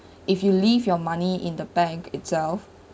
if you leave your money in the bank itself